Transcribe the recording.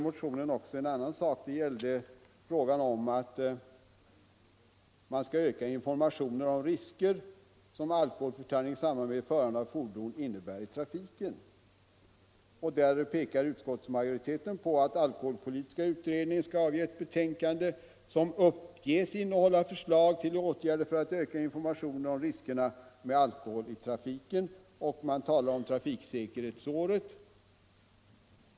Motionen innehöll också yrkande på ökad information om de risker som alkoholförtäring i samband med förande av fordon innebär i trafiken. Där hänvisar utskottsmajoriteten till att alkoholpolitiska utredningen skall avge ett betänkande, ”som bl.a. uppges innehålla förslag till åtgärder för att öka informationen om riskerna med alkohol i trafiken”. Man talar också om trafiksäkerhetsåret.